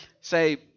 say